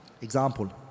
Example